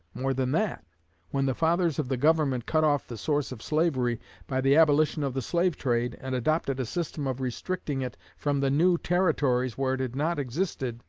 more than that when the fathers of the government cut off the source of slavery by the abolition of the slave-trade, and adopted a system of restricting it from the new territories where it had not existed,